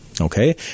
okay